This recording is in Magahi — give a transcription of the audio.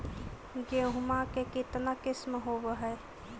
गेहूमा के कितना किसम होबै है?